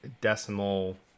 decimal